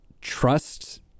trust